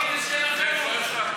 הוא אומר שלערבים יש שם אחר.